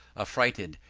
affrighted,